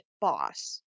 boss